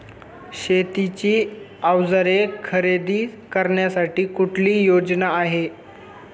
शेतीची अवजारे खरेदी करण्यासाठी कुठली योजना आहे?